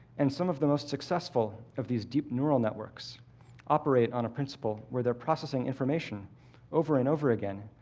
and some of the most successful of these deep neural networks operate on a principle where they're processing information over and over again,